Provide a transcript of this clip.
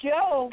Joe